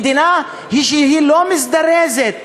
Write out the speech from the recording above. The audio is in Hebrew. מדינה שהיא לא מזדרזת,